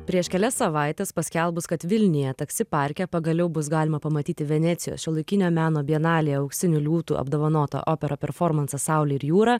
prieš kelias savaites paskelbus kad vilniuje taksi parke pagaliau bus galima pamatyti venecijos šiuolaikinio meno bienalėje auksiniu liūtu apdovanotą operą performansą saulė ir jūra